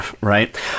Right